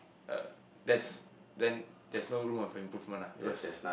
uh that's then there's no room of a improvement ah because